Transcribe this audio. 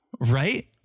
Right